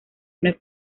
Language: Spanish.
una